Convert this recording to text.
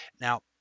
Now